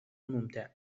ممتع